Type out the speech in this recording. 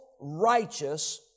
righteous